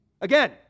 Again